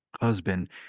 husband